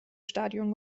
stadion